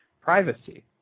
privacy